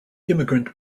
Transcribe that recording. immigrant